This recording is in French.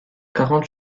quarante